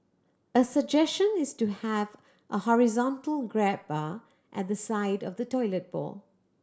a suggestion is to have a horizontal grab bar at the side of the toilet bowl